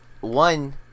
one